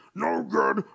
no-good